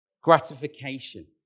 gratification